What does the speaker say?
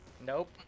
Nope